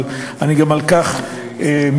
אבל אני גם על כך מתלונן: